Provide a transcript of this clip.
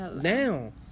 now